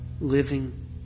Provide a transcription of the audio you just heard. Living